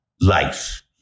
life